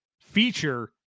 feature